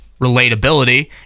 relatability